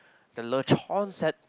the lechon set